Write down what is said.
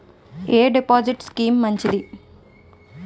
ఎ deposit scheme మంచిది?